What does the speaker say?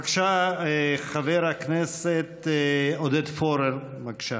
חבר הכנסת עודד פורר, בבקשה.